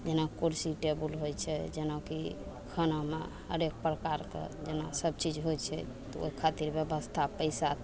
जेना कुर्सी टेबल होइ छै जेनाकि खानामे अनेक प्रकारके जेना सब चीज होइ छै तऽ ओइ खातिर व्यवस्था पैसा